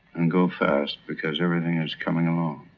and go fast because everything is coming along.